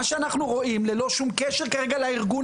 מה שאנחנו רואים ללא שום קשר כרגע לארגון